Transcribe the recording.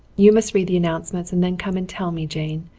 you must read the announcements and then come and tell me, jane.